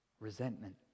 Resentment